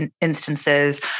instances